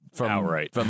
Outright